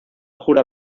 jura